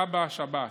כב"ה ושב"ס.